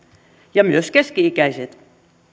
ja myös keski ikäiset